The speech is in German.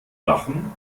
lachen